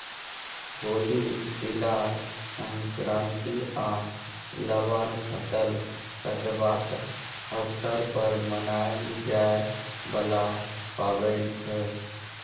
होली, तिला संक्रांति आ लबान फसल कटबाक अबसर पर मनाएल जाइ बला पाबैन छै